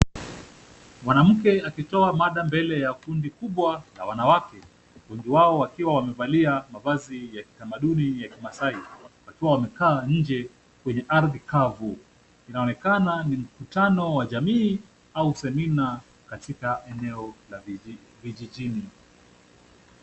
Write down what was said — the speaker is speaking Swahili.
Mwanamke akitoa mada mbele ya kundi kubwa ya wanawake. Wengi wao wakiwa wamevalia mavazi ya kitamaduni ya kimaasai, wakiwa wamekaa nje kwenye ardhi kavu. Inaonekana ni mkutano wa jamii au seminar katika eneo la vijijini.